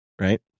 right